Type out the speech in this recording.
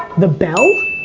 the bell?